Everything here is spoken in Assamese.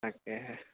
তাকেহে